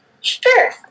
Sure